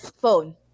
phone